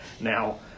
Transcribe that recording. Now